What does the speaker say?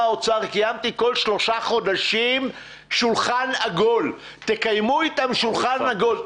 האוצר קיימתי כל שלושה חודשים שולחן עגול תקיימו איתם שולחן עגול.